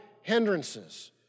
hindrances